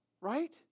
Right